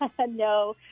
No